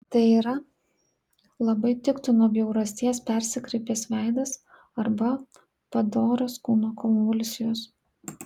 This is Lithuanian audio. tai yra labai tiktų nuo bjaurasties persikreipęs veidas arba padorios kūno konvulsijos